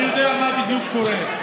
אני יודע מה בדיוק קורה.